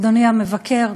אדוני המבקר,